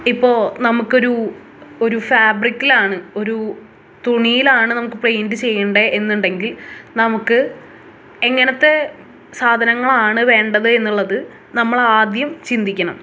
ഇപ്പോൾ നമുക്കൊരു ഒരു ഫാബ്രിക്കിലാണ് ഒരു തുണിയിലാണ് നമുക്ക് പെയിൻറ്റ് ചെയ്യേണ്ടത് എന്നുണ്ടെങ്കിൽ നമുക്ക് എങ്ങനെത്തെ സാധനങ്ങളാണ് വേണ്ടത് എന്നുള്ളത് നമ്മൾ ആദ്യം ചിന്തിക്കണം